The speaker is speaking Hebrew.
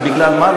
בגלל מה?